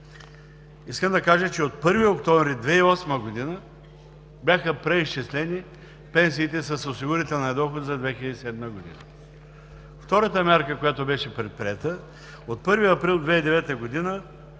искам да кажа, че от 1 октомври 2008 г. бяха преизчислени пенсиите с осигурителния доход за 2007 г. Втората мярка, която беше предприета, от 1 април 2009 г.